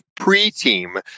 pre-team